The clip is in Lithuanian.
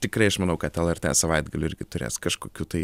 tikrai aš manau kad lrt savaitgalį irgi turės kažkokių tai